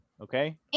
okay